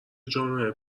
جامعه